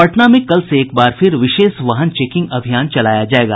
पटना में कल से एक बार फिर विशेष वाहन चेकिंग अभियान चलाया जायेगा